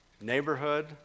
neighborhood